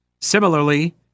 Similarly